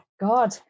god